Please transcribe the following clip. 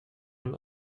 man